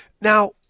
Now